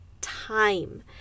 time